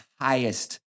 highest